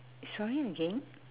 sorry again